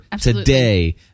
today